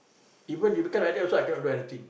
even you become like that also I cannot do anything